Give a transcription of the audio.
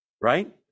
right